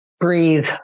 Breathe